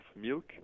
milk